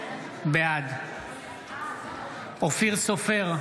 בעד אופיר סופר,